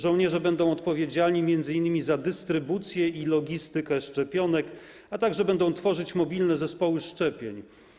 Żołnierze będą odpowiedzialni m.in. za dystrybucję i logistykę szczepionek, a także będą tworzyć mobilne zespoły szczepień.